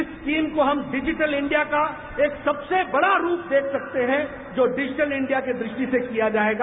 इस स्कीम को हम डिजिटल इंडिया का एक सबसे बड़ा रूप देख सकते हैं जो डिजिटल इंडिया की दृष्टि से किया जायेगा